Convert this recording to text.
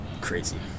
crazy